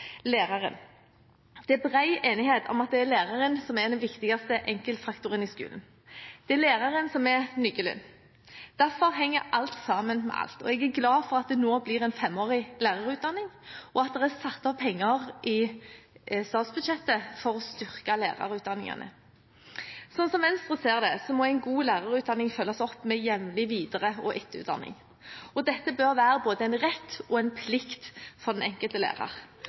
læreren. Det er bred enighet om at det er læreren som er den viktigste enkeltfaktoren i skolen. Det er læreren som er nøkkelen. Derfor henger alt sammen med alt. Jeg er glad for at det nå blir en femårig lærerutdanning, og at det er satt av penger i statsbudsjettet for å styrke lærerutdanningene. Slik Venstre ser det, må en god lærerutdanning følges opp med jevnlig videre- og etterutdanning, og dette bør være både en rett og en plikt for den enkelte lærer,